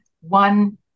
one